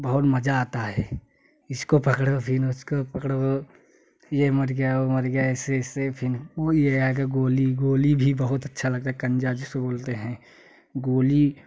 बहुत मज़ा आता है इसको पकड़ो फिन उसको पकड़ो यह मर गया वो मर गया ऐसे ऐसे फिर कोई आएगा गोली भी बहुत अच्छा लगता है कंजा जिसको बोलते है गोली